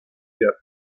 year